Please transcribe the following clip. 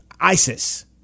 ISIS